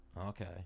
Okay